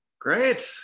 Great